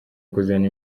kuzana